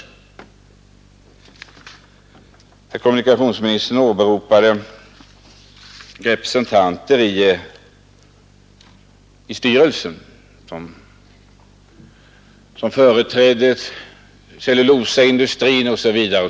Herr kommunikationsministern åberopade representanter i styrelsen, vilka företrädde cellulosaindustrin.